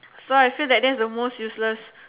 so I feel that that's the most useless